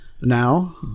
now